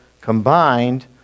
combined